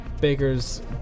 baker's